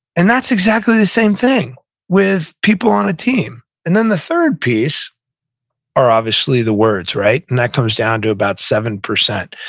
and that's exactly the same thing with people on a team. and then the third piece are obviously the words, right? and that comes down to about seven percent.